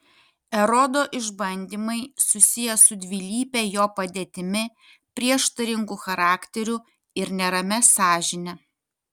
erodo išbandymai susiję su dvilype jo padėtimi prieštaringu charakteriu ir neramia sąžinę